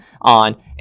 on